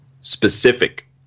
specific